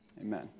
amen